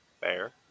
Fair